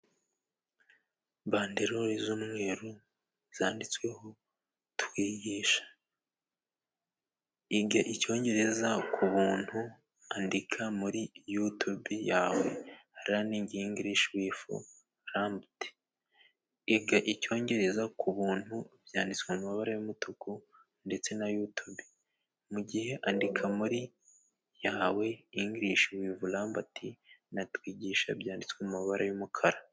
Bandelori z'umweru zanditsweho twigisha icyongereza ku buntu, andika muri yutubi yawe, raningi ingirishi wifu ramputi, iga icyongereza ku buntu byanditswe mu mabara y'umutuku ndetse na yutubi, mu gihe andika yawe ingirishi wifu ramputi na twigisha, byanditswe mu mabara y'umukara.